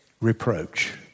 Reproach